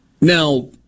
Now